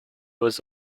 was